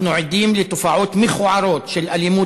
אנחנו עדים לתופעות מכוערות של אלימות